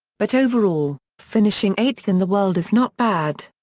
but overall, finishing eighth in the world is not bad.